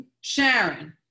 Sharon